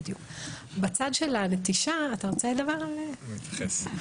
לשאלה בנושא הנטישה יוגב יתייחס.